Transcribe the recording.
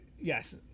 Yes